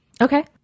Okay